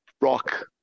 rock